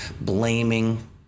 blaming